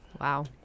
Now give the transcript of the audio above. Wow